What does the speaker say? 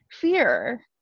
fear